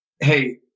hey